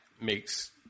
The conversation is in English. makes